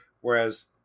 Whereas